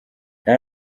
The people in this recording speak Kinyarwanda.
nta